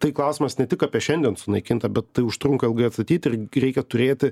tai klausimas ne tik apie šiandien sunaikinta bet tai užtrunka ilgai atstatyti irgi reikia turėti